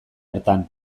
hartan